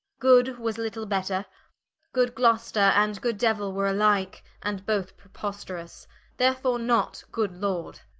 good was little better good gloster, and good deuill, were alike, and both preposterous therefore, not good lord